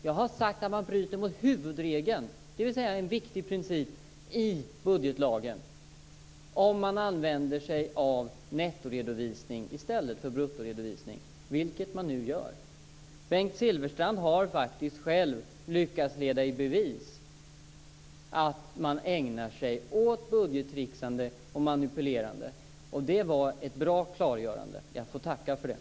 Jag har sagt att man bryter mot huvudregeln, dvs. en viktig princip i budgetlagen, om man använder sig av nettoredovisning i stället för bruttoredovisning, vilket man nu gör. Bengt Silfverstrand har faktiskt själv lyckats leda i bevis att man ägnar sig åt budgettricksande och manipulerande, och det var ett bra klargörande. Jag får tacka för det.